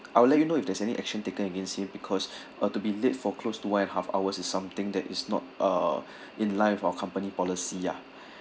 I'll let you know if there's any action taken against him because uh to be late for close to one and half hours is something that is not uh in line for our company policy ya